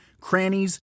crannies